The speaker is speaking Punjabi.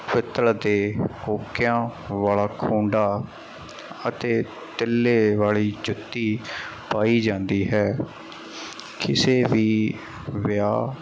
ਪਿੱਤਲ ਅਤੇ ਕੋਕਿਆਂ ਵਾਲਾ ਖੂੰਡਾ ਅਤੇ ਤਿੱਲੇ ਵਾਲੀ ਜੁੱਤੀ ਪਾਈ ਜਾਂਦੀ ਹੈ ਕਿਸੇ ਵੀ ਵਿਆਹ